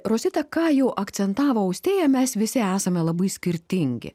rosita ką jau akcentavo austėja mes visi esame labai skirtingi